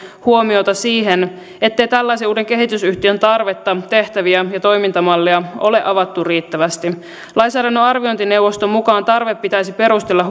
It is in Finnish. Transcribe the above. huomiota siihen ettei tällaisen uuden kehitysyhtiön tarvetta tehtäviä ja toimintamalleja ole avattu riittävästi lainsäädännön arviointineuvoston mukaan tarve pitäisi perustella